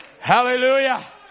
Hallelujah